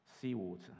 seawater